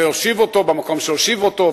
והושיב אותו במקום שהושיב אותו,